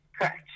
Correct